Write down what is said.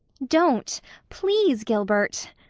don't please, gilbert.